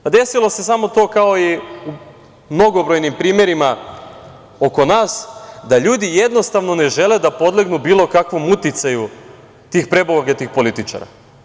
Pa, desilo se samo to, kao i u mnogobrojnim primerima oko nas, da ljudi, jednostavno, ne žele da podlegnu bilo kakvom uticaju tih prebogatih političara.